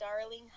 darling